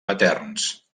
materns